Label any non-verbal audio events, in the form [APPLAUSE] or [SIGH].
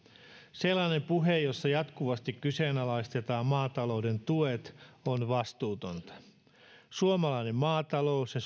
sellainen puhe jossa jatkuvasti kyseenalaistetaan maataloudet tuet on vastuutonta suomalainen maatalous ja [UNINTELLIGIBLE]